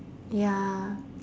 ya